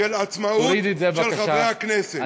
צריך לעשות למען עצמאות חברי הכנסת.